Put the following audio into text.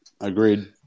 Agreed